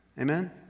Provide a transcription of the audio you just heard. amen